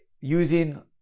using